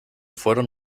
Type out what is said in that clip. fueron